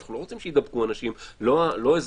אנחנו לא רוצים שיידבקו אנשים לא אזרחים,